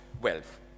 wealth